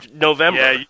November